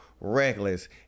reckless